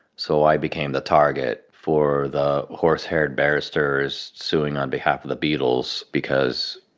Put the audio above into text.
so i became the target for the horse haired barristers suing on behalf of the beatles because,